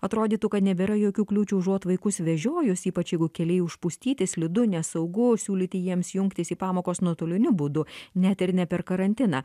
atrodytų kad nebėra jokių kliūčių užuot vaikus vežiojuos ypač jeigu keliai užpustyti slidu nesaugu siūlyti jiems jungtis į pamokos nuotoliniu būdu net ir ne per karantiną